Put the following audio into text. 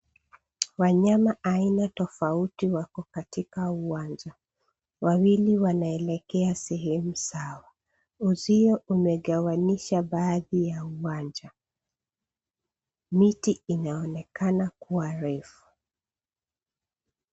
Wanyama aina tofauti wako katika uwanja. Wawili wanaelekea sehemu zao. Uzio umegawanisha baadhi ya uwanja. Miti inaonekana kuwa refu.